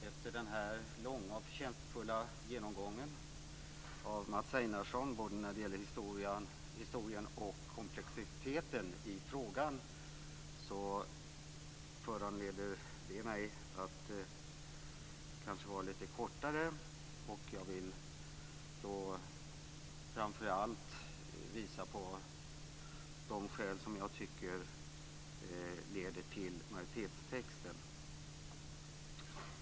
Herr talman! Mats Einarsson gjorde en lång och förtjänstfull genomgång både när det gäller historien och komplexiteten i frågan. Det föranleder mig att kanske hålla mig lite kortare. Jag vill framför allt visa på de skäl som har lett till majoritetstexten.